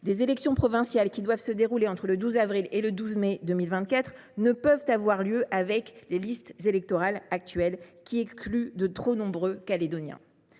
les élections provinciales qui doivent se dérouler entre le 12 avril et le 12 mai 2024 ne peuvent pas avoir lieu avec les listes électorales actuelles, qui excluent de trop nombreux Calédoniens.